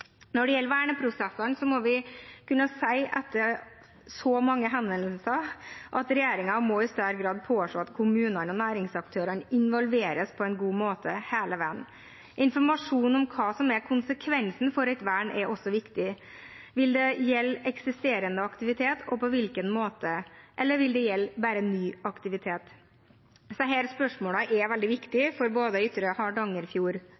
Når det gjelder verneprosessene, må vi etter så mange henvendelser kunne si at regjeringen i større grad må kunne påse at kommunene og næringsaktørene involveres på en god måte hele veien. Informasjon om hva som er konsekvensen av et vern, er også viktig: Vil det gjelde eksisterende aktivitet, og på hvilken måte, eller vil det gjelde bare ny aktivitet? Disse spørsmålene er veldig viktige for både Ytre Hardangerfjord,